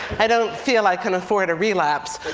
i don't feel i can afford a relapse.